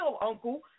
uncle